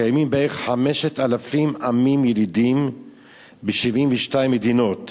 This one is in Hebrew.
קיימים בערך 5,000 עמים ילידים ב-72 מדינות,